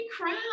crap